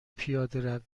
پیاده